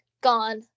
gone